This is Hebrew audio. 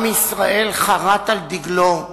עם ישראל חרת על דגלו,